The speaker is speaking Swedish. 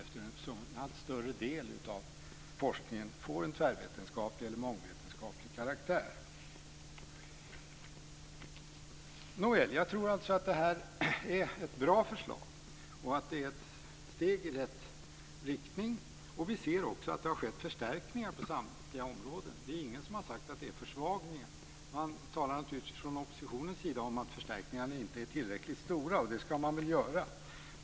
En allt större del av forskningen får en tvärvetenskaplig eller mångvetenskaplig karaktär. Det är ett bra förslag och ett steg i rätt riktning. Vi ser också att det har skett förstärkningar på samtliga områden. Ingen har sagt att det är försvagningar. Från oppositionens sida talar man naturligtvis om att förstärkningarna inte är tillräckligt stora. Det ska man väl göra.